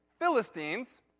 Philistines